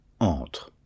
Entre